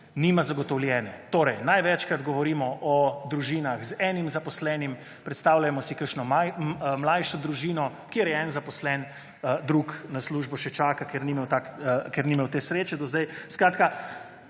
nima zagotovljene. Torej, največkrat govorimo o družinah z enim zaposlenim. Predstavljajmo si kakšno mlajšo družino kjer je en zaposlen, drug na službo še čaka, ker ni imel te sreče do zdaj, skratka,